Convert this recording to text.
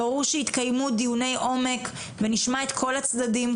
ברור שיתקיימו דיוני עומק ונשמע את כל הצדדים,